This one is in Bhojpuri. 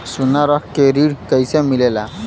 सोना रख के ऋण कैसे मिलेला?